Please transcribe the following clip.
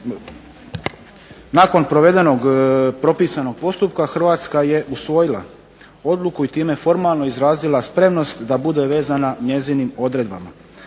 propisanog postupka Hrvatska je usvojila odluku i time formalno izrazila spremnost da bude vezana njezinim odredbama.